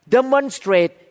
Demonstrate